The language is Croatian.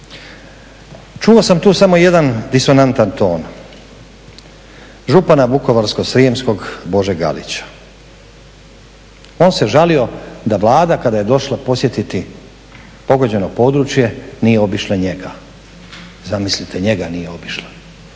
Čuo sam tu samo jedan disonantan ton, župana Vukovarsko-srijemskog Bože Galića. On se žalio da Vlada kada je došla posjetiti pogođeno područje nije obišla njega. Zamislite, njega nije obišla.